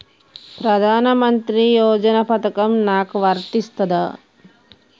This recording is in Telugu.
ప్రధానమంత్రి యోజన పథకం నాకు వర్తిస్తదా?